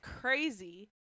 crazy